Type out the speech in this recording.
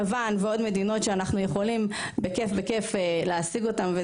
יוון ועוד מדינות שאנחנו יכולים בכיף להשיג אותן.